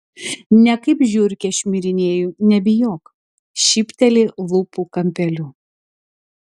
ne kaip žiurkė šmirinėju nebijok šypteli lūpų kampeliu